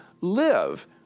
live